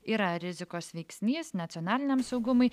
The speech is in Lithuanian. yra rizikos veiksnys nacionaliniam saugumui